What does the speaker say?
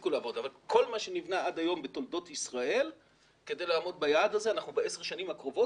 הפסיקו לעבוד - כדי לעמוד ביעד הזה אנחנו ב-10 השנים הקרובות